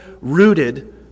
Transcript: rooted